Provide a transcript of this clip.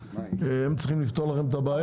הם צריכים לפתור לכם את הבעיה.